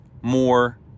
more